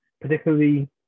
particularly